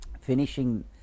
finishing